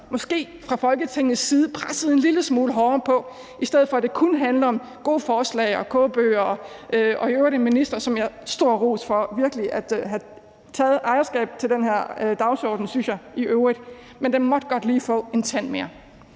måske fra Folketingets side pressede en lille smule hårdere på, i stedet for at det kun handler om gode forslag og kogebøger. I øvrigt har vi en minister, som skal have stor ros for virkelig at have taget ejerskab til den her dagsorden, synes jeg, men den måtte godt lige få en tand mere.